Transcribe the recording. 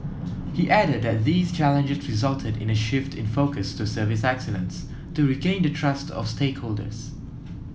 he added that these challenges resulted in a shift in focus to service excellence to regain the trust of stakeholders